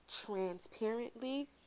transparently